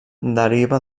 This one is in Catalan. deriva